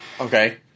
Okay